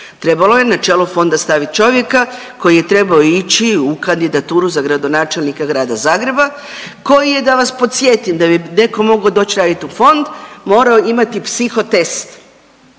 Trebao je na čelo fonda stavit čovjeka koji je trebao ići u kandidaturu za gradonačelnika grada Zagreba koji je da vas podsjetim da bi neko mogao doć radit u fond morao imati psiho test,